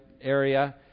area